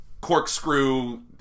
corkscrew